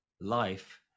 life